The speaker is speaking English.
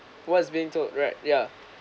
what's being told right ya